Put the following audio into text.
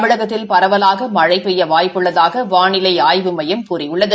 தமிழகத்தில் பரவலாக மழை பெய்ய வாய்ப்பு உள்ளதாக வானிலை ஆய்வு மையம் கூறியுள்ளது